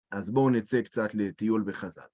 אז בואו נצא קצת לטיול בחזר.